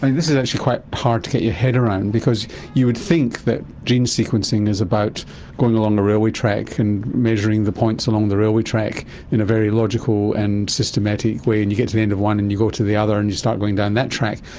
this is actually quite hard to get your head around because you would think that gene sequencing is about going along the railway track and measuring the points along the railway track in a very logical and systematic way, and you get the end of one and you go to the other and you start going down that track,